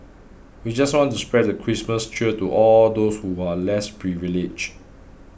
we just want to spread the Christmas cheer to all those who are less privileged